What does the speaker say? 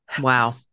Wow